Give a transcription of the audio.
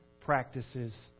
practices